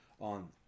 on